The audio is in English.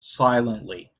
silently